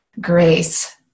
grace